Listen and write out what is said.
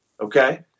Okay